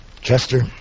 Chester